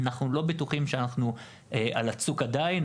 אנחנו לא בטוחים שאנחנו על הצוק עדיין.